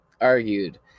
argued